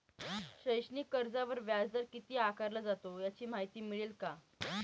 शैक्षणिक कर्जावर व्याजदर किती आकारला जातो? याची माहिती मिळेल का?